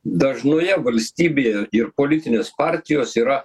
dažnoje valstybėje ir politinės partijos yra